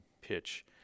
pitch